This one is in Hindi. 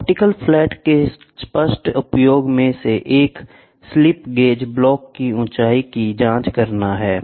ऑप्टिकल फ्लैट के स्पष्ट उपयोग में से एक स्लिप गेज ब्लॉक की ऊंचाई की जांच करना है